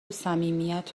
صمیمیت